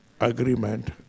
agreement